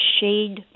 shade